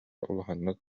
улаханнык